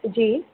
जी